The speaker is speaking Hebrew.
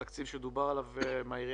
התקציב ממשרד התיירות שדובר עליו בעירייה.